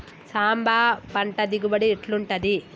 సాంబ పంట దిగుబడి ఎట్లుంటది?